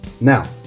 Now